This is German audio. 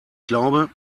glaube